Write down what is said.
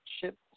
ship